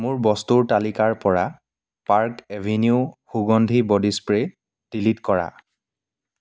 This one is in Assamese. মোৰ বস্তুৰ তালিকাৰ পৰা পাৰ্ক এভেনিউ সুগন্ধি ব'ডি স্প্ৰে' ডিলিট কৰা